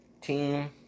Team